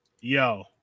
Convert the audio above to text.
yo